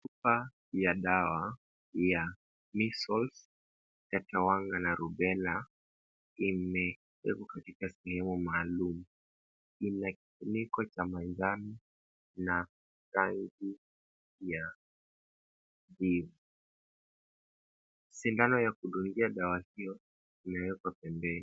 Chupa ya dawa ya Measles, tetewanga na Rubella imewekwa katika sehemu maalum. Ina kifuniko cha manjano na rangi ya kijivu. Sindano ya kudungia dawa hiyo imewekwa pembeni.